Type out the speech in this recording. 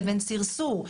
לבין סרסור,